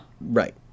Right